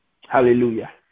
Hallelujah